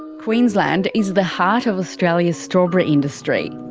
queensland is the heart of australia's strawberry industry.